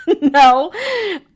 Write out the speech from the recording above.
no